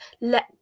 Let